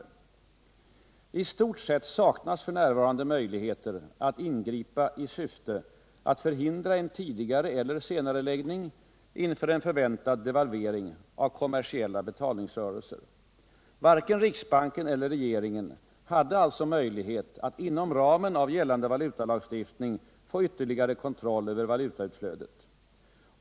I stort sett saknas f. n. möjligheter att ingripa i syfte att förhindra en tidigare eller senareläggning inför en förväntad devalvering av kommersiella betalningsrörelser. Varken riksbanken eller regeringen hade alltså möjlighet att inom ramen av gällande valutalagstiftning få ytterligare kontroll över valutaflödet.